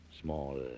Small